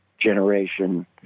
generation